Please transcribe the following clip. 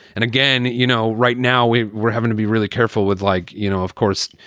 and again, you know, right now we're we're having to be really careful with, like, you know, of course,